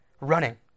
running